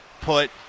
put